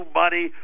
money